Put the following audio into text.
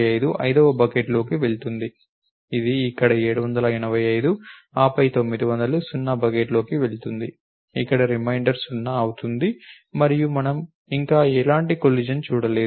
785 ఐదవ బకెట్లోకి వెళుతుంది ఇది ఇక్కడ 785 ఆపై 900 సున్నా బకెట్లోకి వెళ్తుంది ఇక్కడ రిమైండర్ సున్నా అవుతుంది మరియు మనము ఇంకా ఎలాంటి కొలిషన్ని చూడలేదు